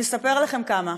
אני אספר לכם כמה: